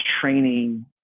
training